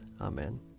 Amen